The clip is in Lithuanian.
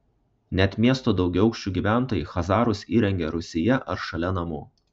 net miesto daugiaaukščių gyventojai chazarus įrengia rūsyje ar šalia namų